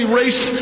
race